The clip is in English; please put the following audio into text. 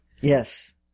Yes